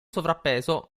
sovrappeso